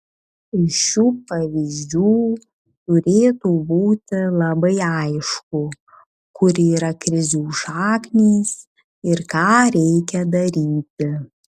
iš šių pavyzdžių turėtų būti labai aišku kur yra krizių šaknys ir ką reikia daryti